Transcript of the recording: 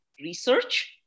research